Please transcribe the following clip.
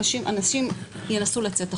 אנשים ינסו לצאת החוצה.